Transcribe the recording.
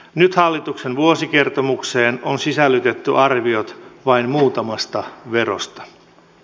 nyt hallituksen vuorikertomukseen on sisällytetty arviot vain muutamasta verosta